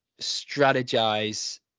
strategize